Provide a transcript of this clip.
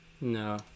No